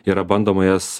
yra bandoma jas